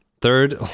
third